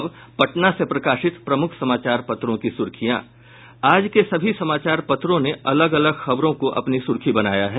अब पटना से प्रकाशित प्रमुख समाचार पत्रों की सुर्खियां आज के सभी समाचार पत्रों ने अलग अलग खबरों को अपनी सुर्खी बनाया है